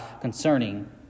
concerning